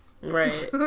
Right